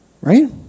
right